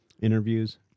interviews